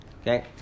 Okay